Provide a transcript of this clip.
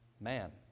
Man